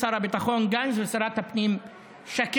של שר הביטחון גנץ ושל שרת הפנים שקד.